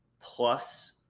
plus